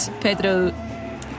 Pedro